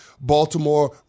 Baltimore